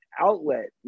outlet